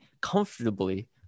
comfortably